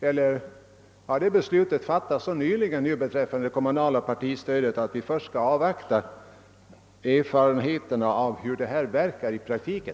Herr Boo kanske har den uppfattningen att beslutet om det kommunala partistödet fattats så nyligen, att vi bör avvakta erfarenheterna av hur det verkar i praktiken?